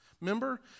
Remember